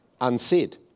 unsaid